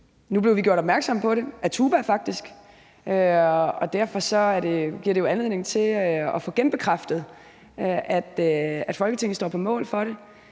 Nu blev vi gjort opmærksom på det, af TUBA faktisk, og derfor giver det jo anledning til at få genbekræftet, at Folketinget står på mål for det.